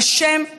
השם,